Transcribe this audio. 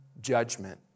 judgment